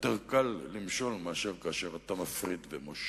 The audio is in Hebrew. מתי יותר קל למשול מאשר כאשר אתה מפריד ומושל?